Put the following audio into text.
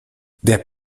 der